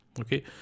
okay